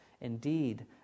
Indeed